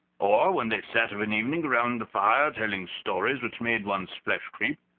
or, when they sat of an evening around the fire telling stories which made one's flesh creep,